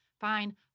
fine